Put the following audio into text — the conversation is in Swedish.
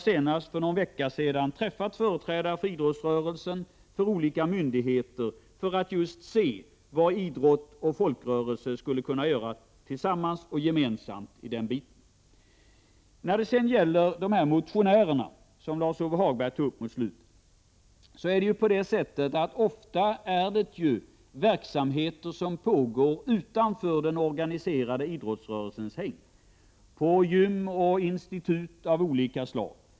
Senast för någon vecka sedan har jag träffat företrädare för idrottsrörelsen och för olika myndigheter, för att just se vad idrottsoch folkrörelser skulle kunna göra tillsammans och gemensamt i den delen. Med de motionsaktiviteter som Lars-Ove Hagberg tog upp mot slutet förhåller det sig så, att de ofta är verksamheter som pågår utanför den organiserade idrottsrörelsens hägn, på gym och institut av olika slag.